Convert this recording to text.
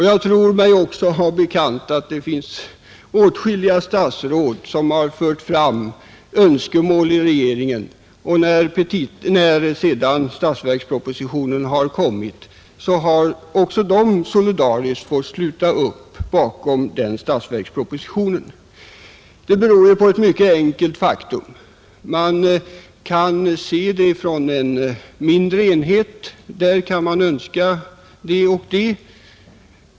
Jag har mig också bekant att det finns åtskilliga statsråd som fört fram önskemål i regeringen, men när sedan statsverkspropositionen har lagts fram har också de solidariskt slutit upp bakom denna. Det beror på ett mycket enkelt faktum. Man kan betrakta en begäran om anslag som en isolerad företeelse och ha vissa önskningar.